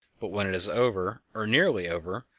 but when it is over, or nearly over,